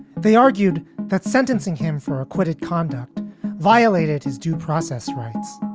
they argued that sentencing him for acquited conduct violated his due process rights.